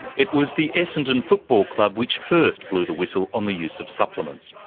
it was the essendon football club which first blew the whistle on the use of supplements.